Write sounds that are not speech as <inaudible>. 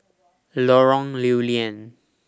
<noise> Lorong Lew Lian